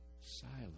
silence